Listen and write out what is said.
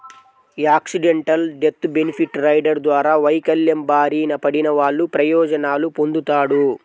accidental death benefit rider ద్వారా వైకల్యం బారిన పడినవాళ్ళు ప్రయోజనాలు పొందుతాడు